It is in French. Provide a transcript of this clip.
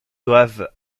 doivent